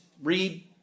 read